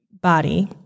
body